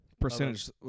percentage